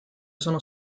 sono